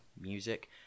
music